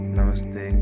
namaste